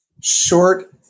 short